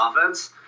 offense